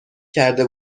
کرده